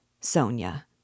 Sonia